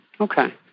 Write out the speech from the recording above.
Okay